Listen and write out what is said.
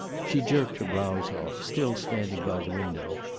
she jerked her blouse off, still standing by the window,